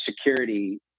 security